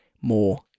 more